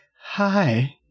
hi